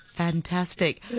Fantastic